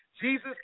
Jesus